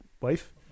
wife